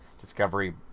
Discovery